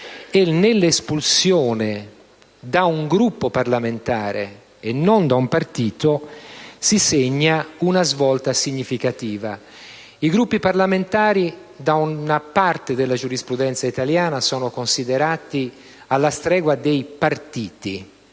nell'espulsione da un Gruppo parlamentare e non da un partito si segni una svolta significativa. I Gruppi parlamentari da una parte della giurisprudenza italiana sono considerati alla stregua dei partiti.